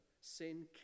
Sin